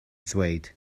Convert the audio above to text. ddweud